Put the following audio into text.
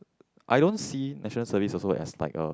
I don't see National Service also as like a